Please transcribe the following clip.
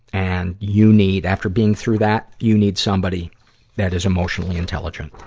and you need, after being through that, you need somebody that is emotionally intelligent.